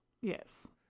Yes